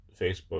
Facebook